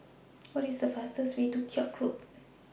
What IS The fastest Way to Koek Road